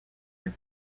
des